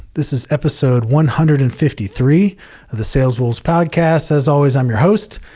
this is episode one hundred and fifty three of the sales wolves podcast. as always, i'm your host,